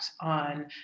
on